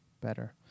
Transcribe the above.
better